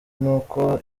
n’uko